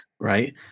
right